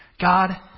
God